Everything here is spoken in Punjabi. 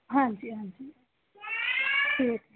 ਹਾਂਜੀ ਹਾਂਜੀ ਠੀਕ